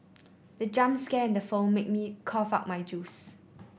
the jump scare in the film made me cough out my juice